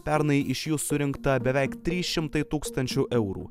pernai iš jų surinkta beveik tris šimtai tūkstančių eurų